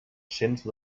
cens